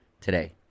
today